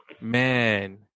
man